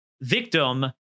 victim